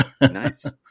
Nice